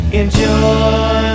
enjoy